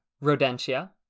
Rodentia